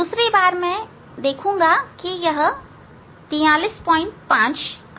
दूसरी बार मैं देखूंगा यह 435 आ रहा है